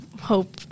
hope